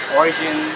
origin